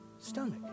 stomach